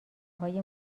های